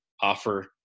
offer